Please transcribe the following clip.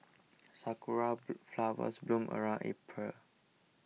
sakura flowers bloom around April